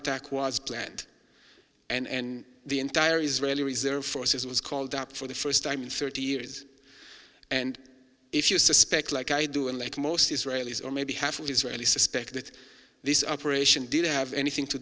attack was planned and the entire israeli reserve forces was called up for the first time in thirty years and if you suspect like i do and like most israelis or maybe half of israeli suspect that this operation didn't have anything to